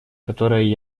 которые